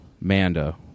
Manda